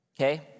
okay